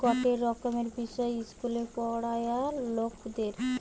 গটে রকমের বিষয় ইস্কুলে পোড়ায়ে লকদের